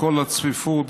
וכל הצפיפות,